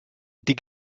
die